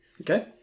Okay